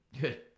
Good